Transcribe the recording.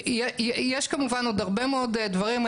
יש כמובן עוד הרבה מאוד דברים.